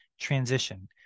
transition